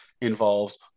involves